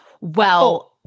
well-